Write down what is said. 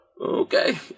Okay